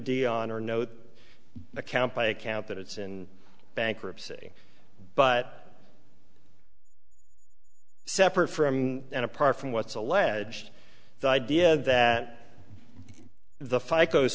dioner no account by account that it's in bankruptcy but separate from and apart from what's alleged the idea that the fight those